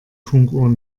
funkuhr